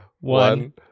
One